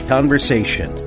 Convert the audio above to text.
Conversation